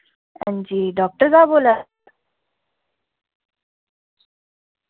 हां जी डाक्टर साह्ब बोल्ला